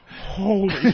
holy